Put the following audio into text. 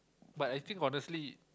but I think honestly